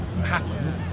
happen